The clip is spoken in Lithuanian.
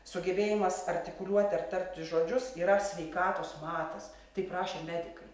sugebėjimas artikuliuoti ir tarti žodžius yra sveikatos matas taip rašė ir medikai